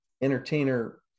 entertainer